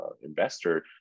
investor